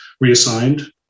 reassigned